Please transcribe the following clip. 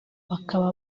bakaba